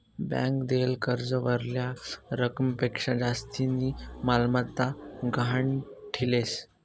bank देयेल कर्जावरल्या रकमपक्शा जास्तीनी मालमत्ता गहाण ठीलेस